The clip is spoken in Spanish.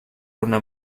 una